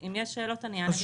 אם יש שאלות, אני אענה בשמחה.